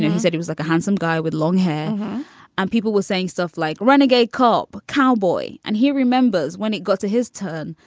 he said he was like a handsome guy with long hair and people were saying stuff like renegade cop cowboy. and he remembers when it got to his turn,